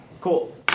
Cool